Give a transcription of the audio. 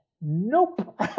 nope